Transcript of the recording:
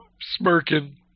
smirking